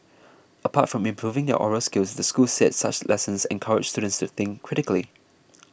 apart from improving their oral skills the school said such lessons encourage students to think critically